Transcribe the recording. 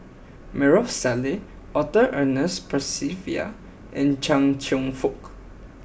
Maarof Salleh Arthur Ernest Percival and Chia Cheong Fook